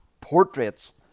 portraits